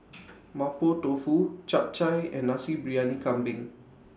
Mapo Tofu Chap Chai and Nasi Briyani Kambing